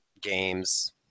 Games